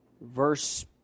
verse